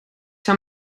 zou